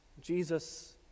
Jesus